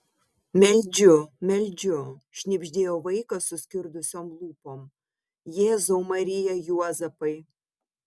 meldžiu meldžiu šnibždėjo vaikas suskirdusiom lūpom jėzau marija juozapai